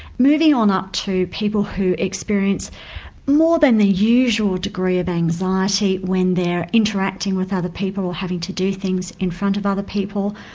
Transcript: moving on up to people who experience more than the usual degree of anxiety when they're interacting with other people or having to do things in front of other people.